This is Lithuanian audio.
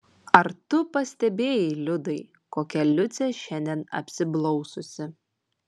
ar tu pastebėjai liudai kokia liucė šiandien apsiblaususi